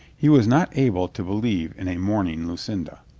he was not able to believe in a mourning lucinda.